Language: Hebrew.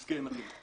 מסכן החינוך.